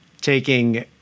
taking